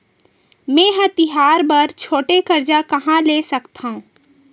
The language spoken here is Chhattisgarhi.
मेंहा तिहार बर छोटे कर्जा कहाँ ले सकथव?